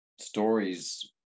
stories